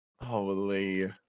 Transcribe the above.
Holy